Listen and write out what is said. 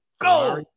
Go